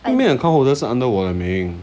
因为 main account holder 是 under 我的名